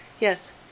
Yes